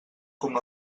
com